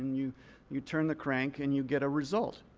you you turn the crank. and you get a result.